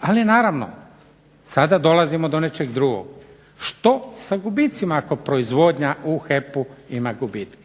Ali naravno sada dolazimo do nečeg drugog, što sa gubicima ako proizvodnja u HEP-u ima gubitke.